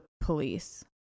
police